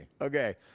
Okay